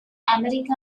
america